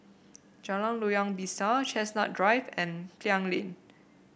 Jalan Loyang Besar Chestnut Drive and Klang Lane